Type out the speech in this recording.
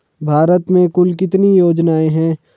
भारत में कुल कितनी योजनाएं हैं?